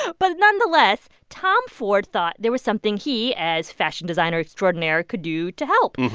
but nonetheless, tom ford thought there was something he as fashion designer extraordinaire could do to help.